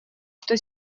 что